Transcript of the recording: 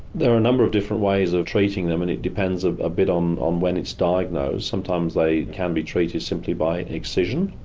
there are a number of different ways of treating them and it depends a ah bit um on when it's diagnosed. sometimes they can be treated simply by an incision,